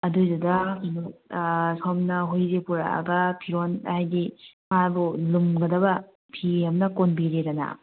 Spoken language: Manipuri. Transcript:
ꯑꯗꯨꯏꯗꯨꯗ ꯁꯣꯝꯅ ꯍꯨꯏꯁꯦ ꯄꯨꯔꯛꯑꯒ ꯐꯤꯔꯣꯟ ꯍꯥꯏꯗꯤ ꯃꯥꯕꯨ ꯂꯨꯝꯒꯗꯕ ꯐꯤ ꯑꯃꯅ ꯀꯣꯟꯕꯤꯔꯦꯗꯅ